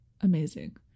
amazing